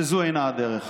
וזאת אינה הדרך.